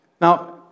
Now